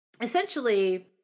essentially